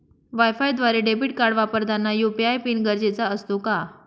वायफायद्वारे debit card वापरताना UPI PIN गरजेचा असतो का?